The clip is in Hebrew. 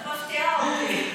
את מפתיעה אותי.